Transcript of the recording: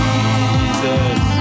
Jesus